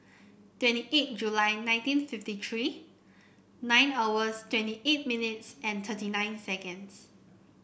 twenty eight July nineteen fifty three nine hours twenty eight minutes and thirty nine seconds